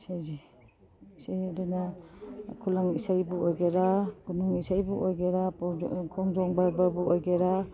ꯏꯁꯩꯁꯤ ꯁꯤ ꯑꯗꯨꯅ ꯈꯨꯂꯪ ꯏꯁꯩꯕꯨ ꯑꯣꯏꯒꯦꯔꯥ ꯈꯨꯅꯨꯡ ꯏꯁꯩꯕꯨ ꯑꯣꯏꯒꯦꯔꯥ ꯈꯣꯡꯖꯣꯝ ꯄꯔꯕꯕꯨ ꯑꯣꯏꯒꯦꯔꯥ